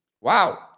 Wow